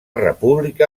república